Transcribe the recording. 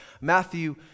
Matthew